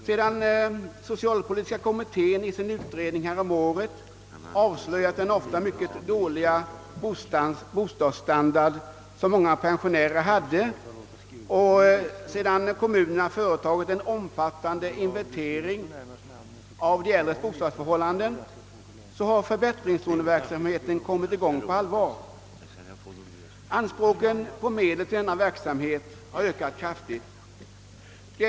Sedan «socialpolitiska kommittén i sin utredning häromåret avslöjat många pensionärers ofta mycket dåliga bostadsstandard och sedan kommunerna företagit en mycket omfattande inventering av de äldres bostadsförhållanden, har förbättringslåneverksamheten kommit i gång på allvar, och anspråken på medel för denna verksamhet har ökat kraftigt.